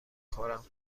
خورم